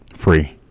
free